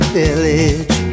village